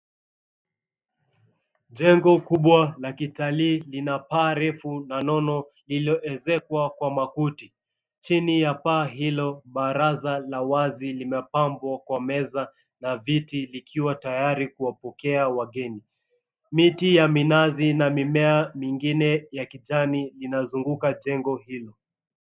Jengo kubwa la kitalii lina paa refu na nono lililoezekwa kwa makuti, chini ya paa hilo baraza la wazi limepambwa kwa meza na viti vikiwa tayari kuwapokea wageni miti ya minazi na mimea mwingine ya kijani inazunguka jengo hilo.